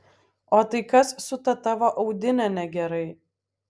o tai kas su ta tavo audine negerai